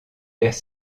les